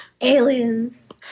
aliens